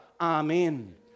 Amen